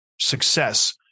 success